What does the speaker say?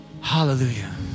hallelujah